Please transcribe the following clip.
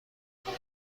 کار